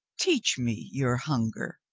teach me your hunger,